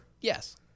Yes